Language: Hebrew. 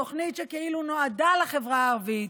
תוכנית שכאילו נועדה לחברה הערבית,